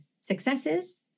successes